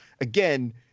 again